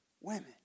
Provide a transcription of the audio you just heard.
Women